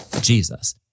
Jesus